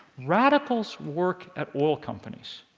radicals work at oil companies.